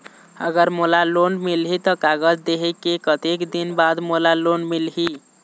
अगर मोला लोन मिलही त कागज देहे के कतेक दिन बाद मोला लोन मिलही?